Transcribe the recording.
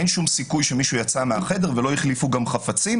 אין שום סיכוי שמישהו יצא מהחדר וגם לא החליפו חפצים.